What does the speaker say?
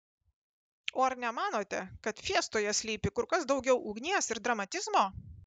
o ar nemanote kad fiestoje slypi kur kas daugiau ugnies ir dramatizmo